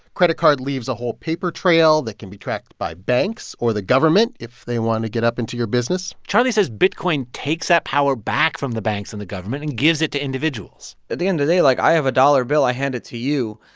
credit card leaves a whole paper trail that can be tracked by banks or the government if they want to get up into your business charlie says bitcoin takes that power back from the banks and the government and gives it to individuals at the end of the day, like, i have a dollar bill. i hand it to you.